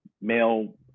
male